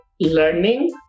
learning